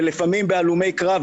ולפעמים בהלומי קרב,